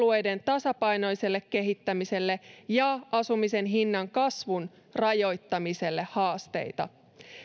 alueiden tasapainoiselle kehittämiselle ja asumisen hinnan kasvun rajoittamiselle haasteita